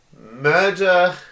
murder